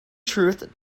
truth